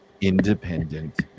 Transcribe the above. independent